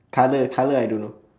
colour colour I don't know